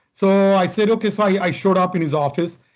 so i said okay, so i showed up in his office,